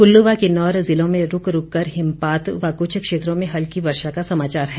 कुल्लू व किन्नौर जिलों में रूक रूक कर हिमपात व कुछ क्षेत्रों में हल्की वर्षा का समाचार है